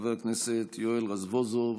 חבר הכנסת יואל רזבוזוב,